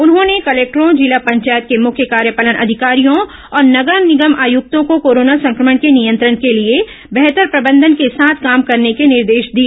उन्होंने कलेक्टरों जिला पंचायत के मुख्य कार्यपालन अधिकारियों और नगर निगम आयुक्तों को कोरोना संक्रमण के नियंत्रण के लिए बेहतर प्रबंधन के साथ काम करने के निर्देश दिए